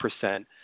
percent